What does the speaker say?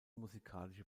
musikalische